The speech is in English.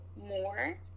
more